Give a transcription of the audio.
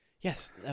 Yes